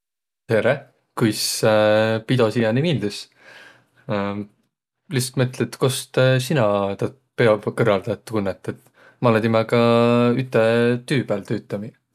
Tereq! Kuis pido siiäni miildüs? Lihtsält mõtli, et kost sina taad peo- p- kõrraldajat tunnõt? Et ma olõ timäga, üte tüü pääl tüütämiq.